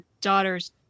daughter's